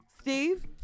Steve